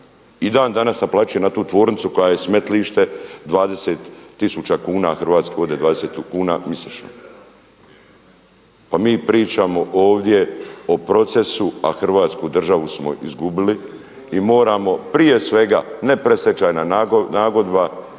I dan danas naplaćuje na tu tvornicu koja je smetlište 20 tisuća kuna Hrvatske vode 20 kuna mjesečno. Pa mi pričamo ovdje o procesu, a Hrvatsku državu smo izgubili i moramo prije svega ne predstečajna nagodba